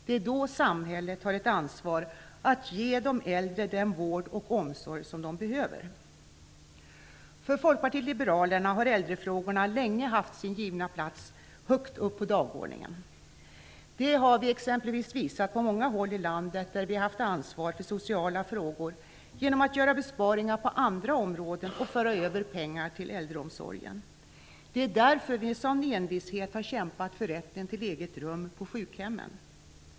Det är då samhället har ett ansvar för att ge de äldre den vård och omsorg som de behöver. För Folkpartiet liberalerna har äldrefrågorna länge haft sin givna plats högt upp på dagordningen. Det har vi exempelvis visat på många håll i landet där vi haft ansvar för sociala frågor, genom att göra besparingar på andra områden och föra över pengar till äldreomsorgen. Det är därför vi med sådan envishet har kämpat för rätten till eget rum på sjukhemmen.